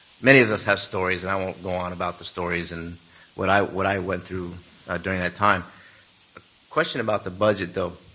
many of us have stories, and i won't go on about the stories and what i what i went through during that time. a question about the budget, though.